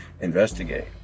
investigate